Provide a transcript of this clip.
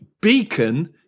Beacon